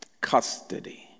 custody